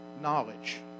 knowledge